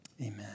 Amen